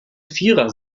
vierer